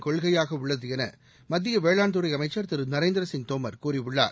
கொள்கையாக உள்ளது என மத்திய வேளாண் துறை அமைச்சா் திரு நரேந்திரசிங் தோமா் கூறியுள்ளார்